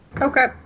Okay